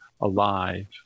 alive